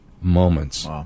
moments